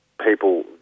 people